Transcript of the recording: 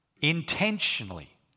intentionally